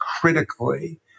critically